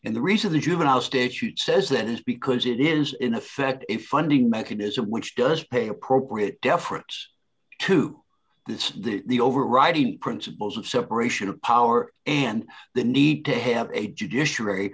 in the reason the juvenile statute says that is because it is in effect a funding mechanism which does pay appropriate deference to the overriding principles of separation of power and the need to have a judicia